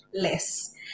less